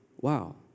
Wow